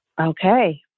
Okay